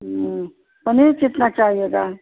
पनीर कितना चाहिएगा